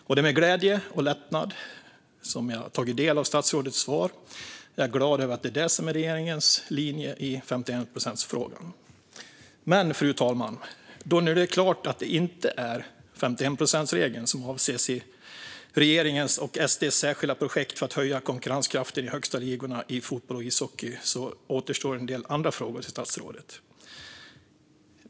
Det är med glädje och lättnad jag har tagit del av statsrådets svar. Jag är glad över att detta är regeringens linje i 51-procentsfrågan. Men, fru talman, när det nu står klart att det inte är 51-procentsregeln som avses i regeringens och SD:s särskilda projekt för att höja konkurrenskraften i de högsta ligorna i fotboll och ishockey återstår en del andra frågor till statsrådet.